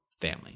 family